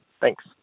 Thanks